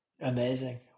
Amazing